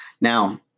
Now